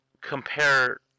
compare